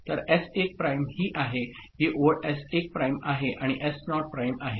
तर S 1 prime ही आहे ही ओळ एस 1 प्राइम आहे आणि एस नॉट प्राइम आहे